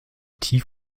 tief